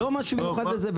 לא משהו מיוחד לזה.